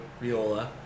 Viola